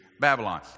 Babylon